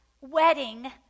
wedding